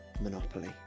Monopoly